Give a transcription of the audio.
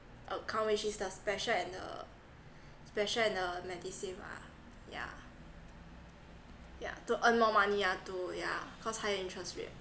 account which is the special and uh special and uh medi save ah yeah yeah to earn more money ah to yeah cause higher interest rate